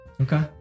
Okay